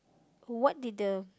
what did the